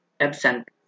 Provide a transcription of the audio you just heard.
absent